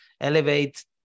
elevate